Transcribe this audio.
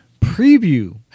preview